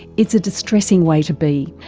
it's a distressing way to be,